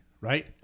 right